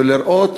ולראות